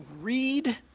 read